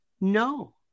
No